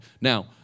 Now